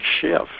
shift